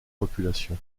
population